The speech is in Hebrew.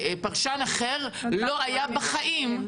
פרשן אחר לא היה בחיים,